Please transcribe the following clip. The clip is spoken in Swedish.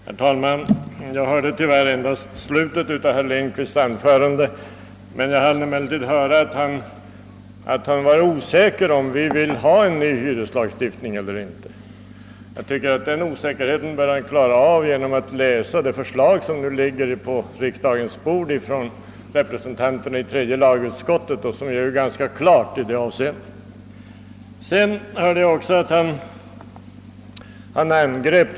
Herr talman! Jag hörde tyvärr endast slutet av herr Lindkvists anförande. Jag hann emellertid uppfatta att han var osäker på huruvida vi vill ha en ny hyreslagstiftning eller inte. På den punkten bör han kunna få klarhet genom att läsa det förslag från de borgerliga representanterna i tredje lagutskottet, vilket nu ligger på riksdagens bord och som är ganska klart i det avseendet.